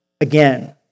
again